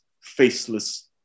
faceless